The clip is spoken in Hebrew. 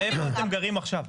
איפה אתם גרים עכשיו?